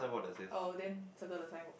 oh then circle the signboard